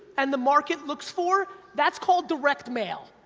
and the market looks for, that's called direct mail.